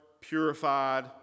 purified